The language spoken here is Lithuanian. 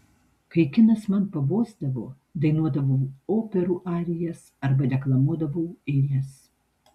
kai kinas man pabosdavo dainuodavau operų arijas arba deklamuodavau eiles